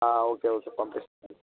okay okay పంపిస్తాను